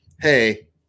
hey